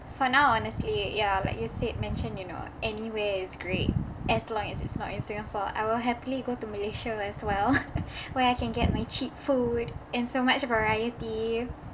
for now honestly yeah like you said mentioned you know anywhere is great as long as it's not in singapore I will happily go to malaysia as well where I can get my cheap food and so much variety